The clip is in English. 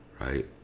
right